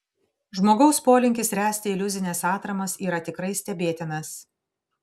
žmogaus polinkis ręsti iliuzines atramas yra tikrai stebėtinas